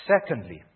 Secondly